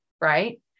Right